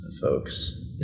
folks